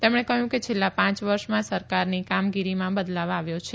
તેમણે કહ્યું કે છેલ્લા પાંચ વર્ષમાં સરકારની કામગીરીમાં બદલાવ આવ્યો છે